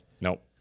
Nope